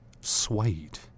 Suede